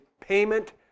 payment